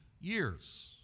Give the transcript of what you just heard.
years